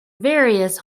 various